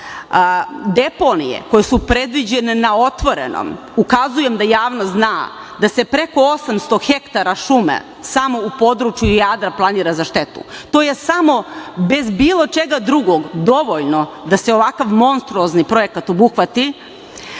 deponije koje su predviđene na otvorenom, ukazujem da javnost zna, da se preko 800 hektara šume samo u području Jadra planira za štetu. To je samo bez bilo čega drugog dovoljno da se ovakav monstruozni projekat obuhvati,